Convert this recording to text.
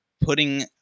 putting